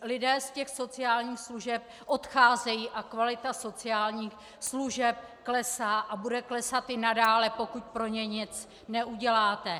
Lidé z těch sociálních služeb odcházejí a kvalita sociálních služeb klesá a bude klesat i nadále, pokud pro ně nic neuděláte.